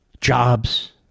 jobs